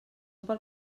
pel